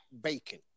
bacon